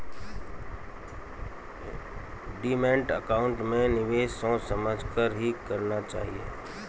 demat account में निवेश सोच समझ कर ही करना चाहिए